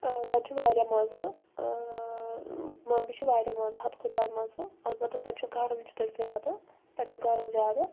تتہِ چھ واریاہ مزٕ ممبیہِ چھُ واریاہ مزٕ حدٕ کھۄتہٕ زیادٕ مزٕ البتہ تتہِ چھُ گرم چھُ تتہِ زیادٕ تتہِ چھُ گرم زیادٕ